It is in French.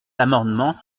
l’amendement